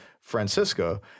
Francisco